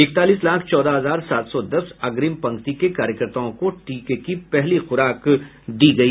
इकतालीस लाख चौदह हजार सात सौ दस अग्रिम पंक्ति को कार्यकर्ताओं को टीके की पहली खुराक दी गई